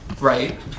Right